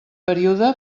període